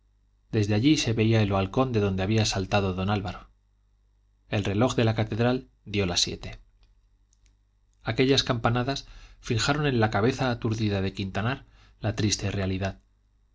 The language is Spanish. desde allí se veía el balcón de donde había saltado don álvaro el reloj de la catedral dio las siete aquellas campanadas fijaron en la cabeza aturdida de quintanar la triste realidad